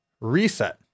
Reset